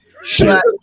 Shut